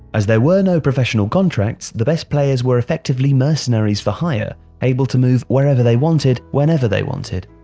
as there were no professional contracts, the best players were effectively mercenaries for hire, able to move wherever they wanted, whenever they wanted.